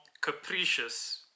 capricious